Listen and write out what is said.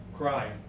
cry